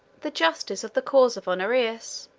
the justice of the cause of honorius.